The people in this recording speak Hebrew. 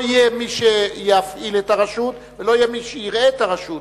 לא יהיה מי שיפעיל את הרשות ולא יהיה מי שיראה את הרשות.